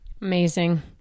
Amazing